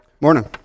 Morning